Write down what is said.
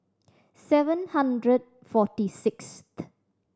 seven hundred forty sixth